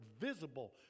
visible